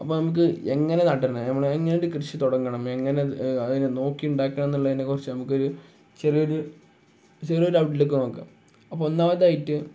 അപ്പം നമുക്ക് എങ്ങനെ നടണം നമ്മൾ എങ്ങനെ ഒരു കൃഷി തുടങ്ങണം എങ്ങനെ അതിനെ നോക്കി ഉണ്ടാക്കണം എന്നുള്ളതിനെ കുറിച്ചു നമുക്കൊരു ചെറിയ ഒരു ചെറിയ ഒരു ഔട്ട്ലുക്ക് നോക്കാം അപ്പം ഒന്നാമതായിട്ട്